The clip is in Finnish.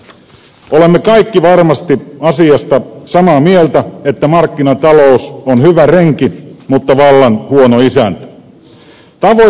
olemme kaikki varmasti asiasta samaa mieltä että markkinatalous on hyvä renki mutta vallan huono isäntä